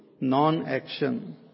non-action